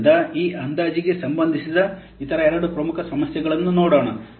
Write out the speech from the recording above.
ಆದ್ದರಿಂದ ಈಗ ಅಂದಾಜುಗೆ ಸಂಬಂಧಿಸಿದ ಇತರ ಎರಡು ಪ್ರಮುಖ ಸಮಸ್ಯೆಗಳನ್ನು ನೋಡೋಣ